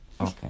Okay